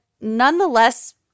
nonetheless